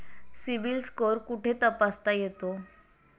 CIBIL score कुठे तपासता येतो?